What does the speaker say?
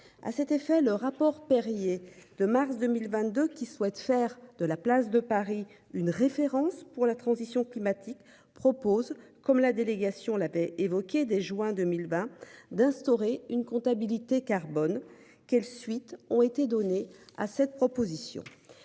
à cet effet le rapport Perrier de mars 2022, qui souhaite faire de la place de Paris, une référence pour la transition climatique propose comme la délégation l'avait évoqué dès juin 2000 bas d'instaurer une comptabilité carbone quelles suites ont été données à cette proposition.